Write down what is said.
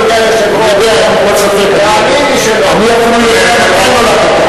שר התחבורה אמר לי שיש לו הצעה אחרת.